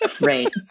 Right